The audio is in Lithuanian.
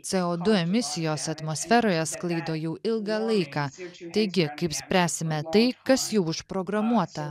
cė o du emisijos atmosferoje sklaido jau ilgą laiką taigi kaip spręsime tai kas jau užprogramuota